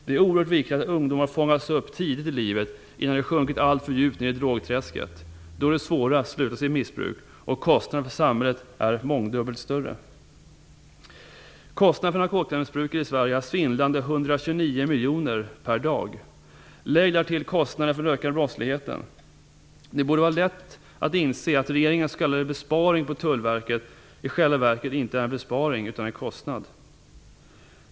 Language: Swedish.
Det är oerhört viktigt att ungdomar fångas upp tidigt i livet innan de sjunkit alltför djupt ner i drogträsket. Då är det svårare att sluta sitt missbruk och kostnaderna för samhället är mångdubbelt större. Kostnaderna för narkotikamissbruket i Sverige är svindlande 129 miljoner per dag. Lägg därtill kostnaderna för den ökade brottsligheten. Det borde vara lätt att inse att regeringens s.k. besparing på Tullverket i själva verket inte är en besparing utan en kostnad.